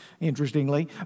interestingly